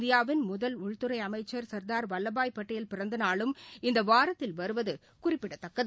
இந்தியாவின் முதல் உள்துறைஅமைச்சா் சா்தாா் வல்லபாய் படேல் பிறந்தநாளும் இந்தவாரத்தில் வருவதுகுறிப்பிடத்தக்கது